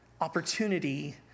opportunity